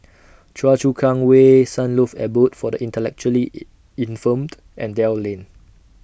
Choa Chu Kang Way Sunlove Abode For The Intellectually Infirmed and Dell Lane